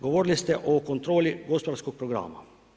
Govorili ste o kontroli gospodarskog programa.